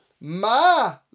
ma